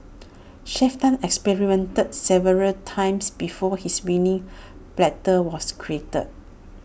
Chef Tan experimented several times before his winning platter was created